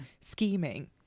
scheming